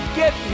get